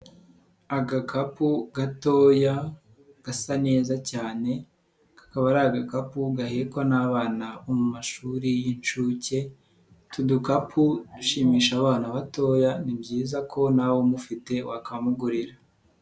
Agakapu gatoya gasa neza cyane kakaba ari agakapu gahekwa n'abana bo mu mashuri y'inshuke, utu dukapu dushimisha abana batoya ni byiza ko nawe umufite wakamugurira.